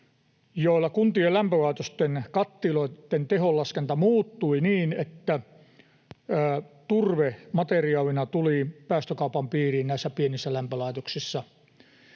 jolla kuntien lämpölaitosten kattiloitten teholaskenta muuttui niin, että turve materiaalina tulee päästökaupan piiriin näissä pienissä lämpölaitoksissa